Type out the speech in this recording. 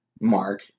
Mark